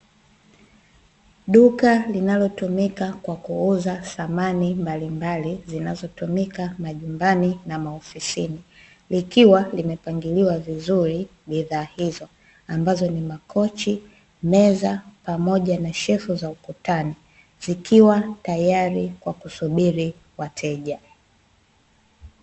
Duka linalotumika kwa kuuza thamani mbalimbali zinazotumika majumbani na maofisini. Likiwa limepangiliwa vizuri bidhaa hizo ambazo ni makochi, meza, pamoja na shelfu za ukutani zikiwa tayari kwa kusubiri wateja.